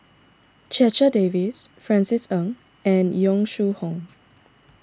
Checha Davies Francis Ng and Yong Shu Hoong